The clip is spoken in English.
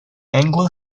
anglo